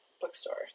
bookstore